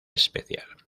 especial